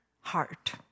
heart